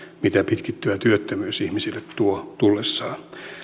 mitä pitkittyvä työttömyys ihmisille tuo tullessaan